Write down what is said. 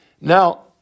Now